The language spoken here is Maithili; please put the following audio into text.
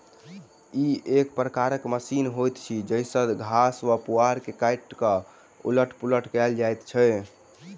ई एक प्रकारक मशीन होइत अछि जाहि सॅ घास वा पुआर के काटि क उलट पुलट कयल जाइत छै